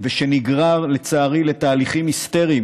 ושנגרר לצערי לתהליכים היסטריים,